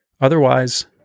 Otherwise